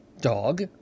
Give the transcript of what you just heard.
dog